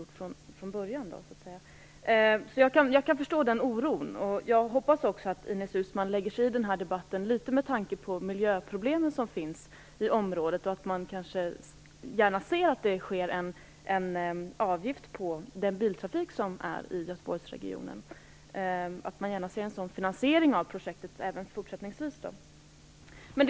Jag kan alltså förstå förstå den oron, och jag hoppas att Ines Uusmann lägger sig i den här debatten litet med tanke på de miljöproblem som finns i området och kanske även forsättningsvis gärna ser en finansiering av projektet genom en avgift på biltrafiken i Göteborgsregionen.